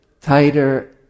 tighter